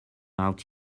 out